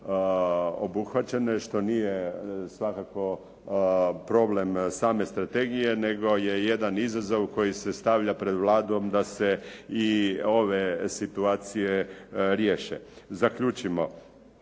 obuhvaćene što nije svakako problem same strategije nego je jedan izazov koji se stavlja pred Vladom da se i ove situacije riješe. Zaključimo,